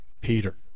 Peter